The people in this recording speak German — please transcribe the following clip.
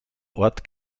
ort